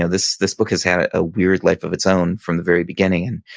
ah this this book has had a weird life of its own from the very beginning.